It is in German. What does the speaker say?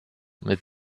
mit